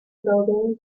building